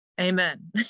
Amen